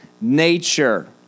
nature